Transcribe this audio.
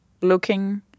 looking